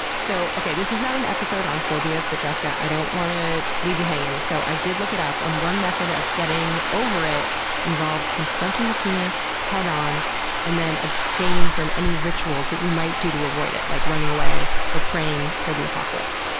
so okay this is not an episode on phobias, but jessica, jessica, i don't wanna leave you hanging, so i did look it up. and one method of getting over it involves confronting the fear head-on and then abstaining from any rituals that you might do to avoid it, like running away or praying for the apocalypse.